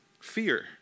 fear